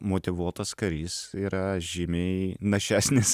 motyvuotas karys yra žymiai našesnis